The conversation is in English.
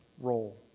role